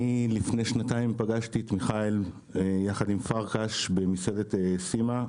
לפני שנתיים פגשתי את מיכאל יחד עם פרקש במסעדת סימה,